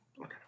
okay